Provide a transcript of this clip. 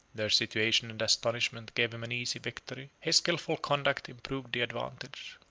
their situation and astonishment gave him an easy victory his skilful conduct improved the advantage.